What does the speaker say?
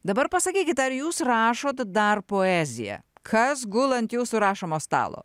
dabar pasakykit ar jūs rašot dar poeziją kas gula ant jūsų rašomo stalo